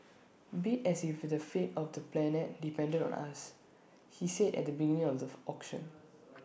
bid as if the fate of the planet depended on us he said at the beginning of the auction